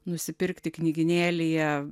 nusipirkti knygynėlyje